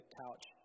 couch